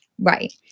Right